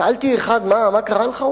שאלתי אחד, מה קרה לך?